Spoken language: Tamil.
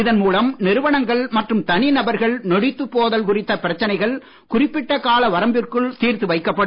இதன் மூலம் நிறுவனங்கள் மற்றும் தனி நபர்கள் நொடித்துப் போதல் குறித்த பிரச்சனைகள் குறிப்பிட்ட கால வரம்பிற்குள் தீர்த்து வைக்கப்படும்